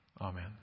amen